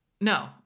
No